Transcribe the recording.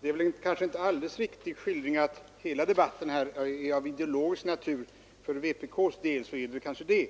Fru talman! Det är kanske inte en alldeles riktig skildring att säga att hela denna debatt är av ideologisk natur. För vpk:s del är den kanske det.